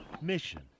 Mission